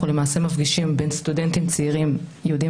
אנחנו מפגישים בין סטודנטים צעירים יהודים